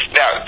now